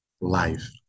life